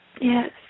Yes